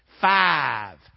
Five